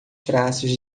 traços